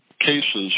cases